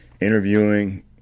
interviewing